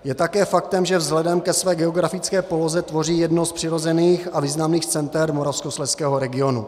Je také faktem, že vzhledem ke své geografické poloze tvoří jedno z přirozených a významných center moravskoslezského regionu.